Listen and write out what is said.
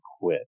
quit